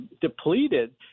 depleted